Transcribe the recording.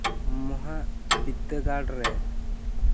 ᱢᱚᱦᱟ ᱵᱤᱫᱽᱫᱟᱹᱜᱟᱲ ᱨᱮ